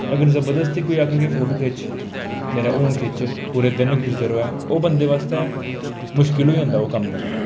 अगर जबरदस्ती कोई आक्खै कि फोटो खिच्च मेरा हून खिच्च पूरा दिन खिच्चदा र'वै ओह् बंदे आस्तै मुश्कल होई जंदा ओह् कम्म करना